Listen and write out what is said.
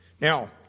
Now